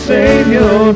Savior